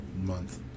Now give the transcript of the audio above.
month